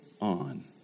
on